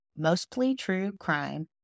MostlyTrueCrime